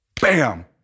bam